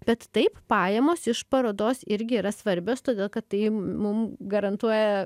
bet taip pajamos iš parodos irgi yra svarbios todėl kad tai mum garantuoja